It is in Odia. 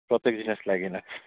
ପ୍ରତ୍ୟେକ ଜିନିଷ୍ ଲାଗି କିନା